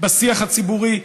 בשיח הציבורי.